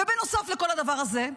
ובנוסף לכל הדבר הזה,